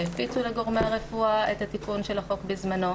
שהפיצו לגורמי הרפואה את התיקון של החוק בזמנו.